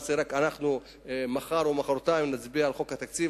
למעשה רק מחר או מחרתיים נצביע על חוק התקציב,